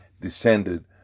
descended